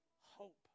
hope